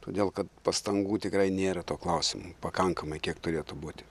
todėl kad pastangų tikrai nėra tuo klausimu pakankamai kiek turėtų būti